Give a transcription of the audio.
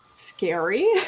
scary